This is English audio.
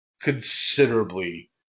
considerably